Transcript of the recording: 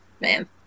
man